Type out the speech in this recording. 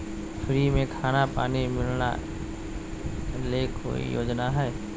Free में खाना पानी मिलना ले कोइ योजना हय?